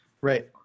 Right